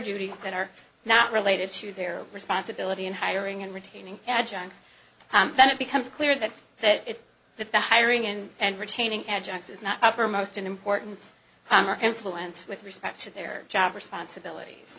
duties that are not related to their responsibility in hiring and retaining adjuncts then it becomes clear that that that the hiring and retaining adjunct is not uppermost in importance or influence with respect to their job responsibilities